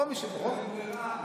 רוב --- כי אין ברירה.